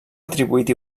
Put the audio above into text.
atribuït